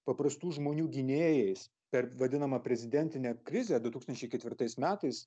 paprastų žmonių gynėjais per vadinamą prezidentinę krizę du tūkstančiai ketvirtais metais